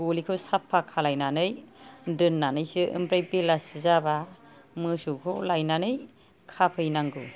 गलिखौ साफा खालामनानै दोननानैसो ओमफ्राय बेलासि जाबा मोसौखौ लायनानै खाफैनांगौ